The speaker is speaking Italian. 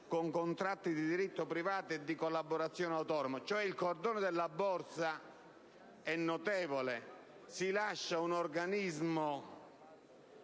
con contratti di diritto privato e di collaborazione autonoma. Il cordone della borsa è quindi rilevante: si lascia un organismo